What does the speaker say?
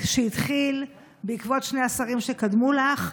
שהתחיל בעקבות שני השרים שקדמו לך,